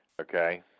okay